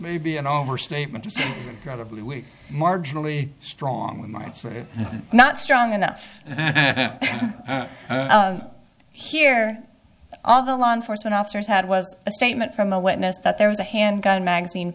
maybe an overstatement rather but we marginally stronger might not strong enough here all the law enforcement officers had was a statement from a witness that there was a handgun magazine